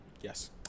Yes